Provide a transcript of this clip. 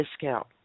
discount